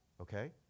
okay